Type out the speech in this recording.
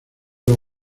los